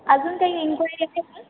अजून काही एन्क्वायरी कराल